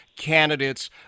candidates